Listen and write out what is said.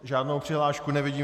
Žádnou přihlášku nevidím.